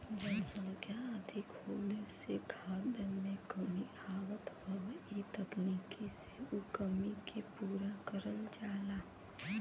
जनसंख्या अधिक होले से खाद्यान में कमी आवत हौ इ तकनीकी से उ कमी के पूरा करल जाला